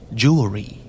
jewelry